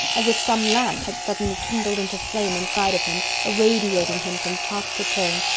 as if some lamp had suddenly kindled into flame inside of him, irradiating him from top to toe.